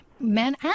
men